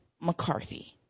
McCarthy